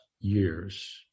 years